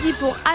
Pour